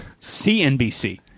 CNBC